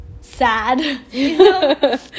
sad